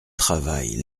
travail